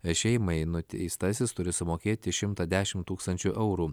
šeimai nuteistasis turi sumokėti šimtą dešimt tūkstančių eurų